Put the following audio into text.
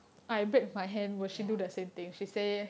ya